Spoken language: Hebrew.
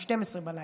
ב-24:00,